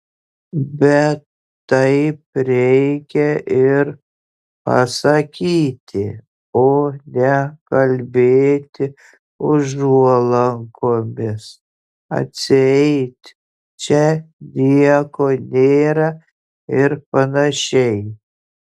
bet taip reikia ir pasakyti o ne kalbėti užuolankomis atseit čia nieko nėra ir panašiai